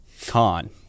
con